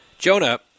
Jonah